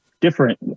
Different